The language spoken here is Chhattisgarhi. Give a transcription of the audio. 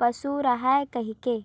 पसुल राहय कहिके